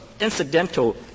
incidental